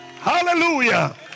hallelujah